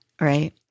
right